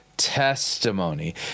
testimony